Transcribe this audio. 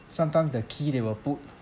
sometimes the key they will put